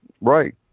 Right